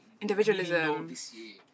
individualism